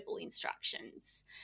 instructions